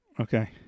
Okay